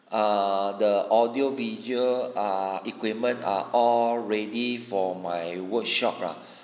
err the audio visual uh equipment are all ready for my workshop lah